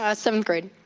ah seventh grade.